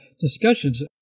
discussions